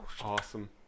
Awesome